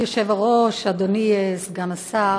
כבוד היושב-ראש, אדוני סגן השר,